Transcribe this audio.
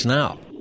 now